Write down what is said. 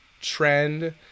trend